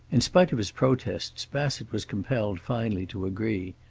in spite of his protests, bassett was compelled finally to agree.